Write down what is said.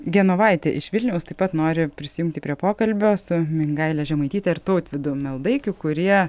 genovaitė iš vilniaus taip pat nori prisijungti prie pokalbio su mingaile žemaityte ir tautvydu meldaikiu kurie